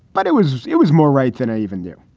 but it was it was more right than i even knew.